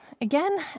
Again